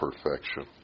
perfection